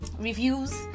reviews